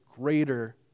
greater